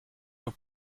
your